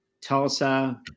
Tulsa